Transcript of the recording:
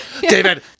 David